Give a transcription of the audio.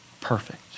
Perfect